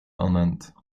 ernannt